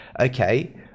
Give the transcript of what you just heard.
okay